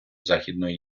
західної